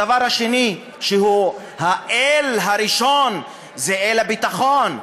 הדבר השני, שהוא האל הראשון, זה אל הביטחון.